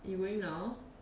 you going now